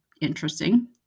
interesting